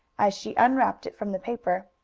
as she unwrapped it from the paper.